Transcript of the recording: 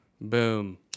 boom